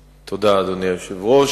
תודה, אדוני היושב-ראש.